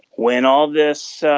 when all this